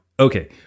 Okay